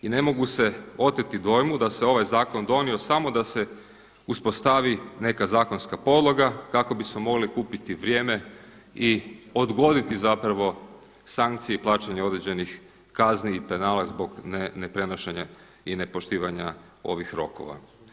I ne mogu se oteti dojmu da se ovaj zakon donio samo da se uspostavi neka zakonska podloga kako bismo mogli kupiti vrijeme i odgoditi sankcije i plaćanje određenih kazni i penala zbog ne prenošenja i ne poštivanja ovih rokova.